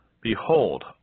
Behold